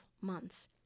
months